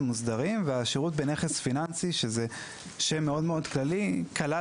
מוסדרים והשירות בנכס פיננסי שזה שם מאוד מאוד כללי שכלל